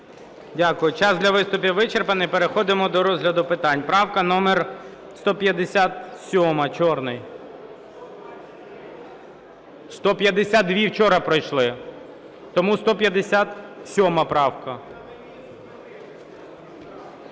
Дякую. Час для виступів вичерпаний. Переходимо до розгляду питань. Правка номер 157, Чорний. 152-і вчора пройшли. Тому 157 правка.